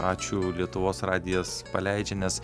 ačiū lietuvos radijas paleidžia nes